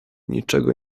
niczego